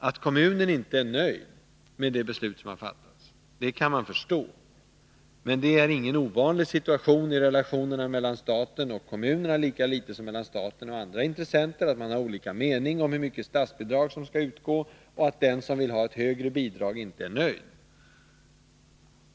Att kommunen inte är nöjd med det beslut som har fattats kan man förstå, men det är ingen ovanlig situation i relationerna mellan staten och kommunerna, lika litet som i relationerna mellan staten och andra intressenter. Man har olika mening om hur stort statsbidrag som skall utgå, och det är då naturligt att den som vill ha ett högre bidrag inte är nöjd.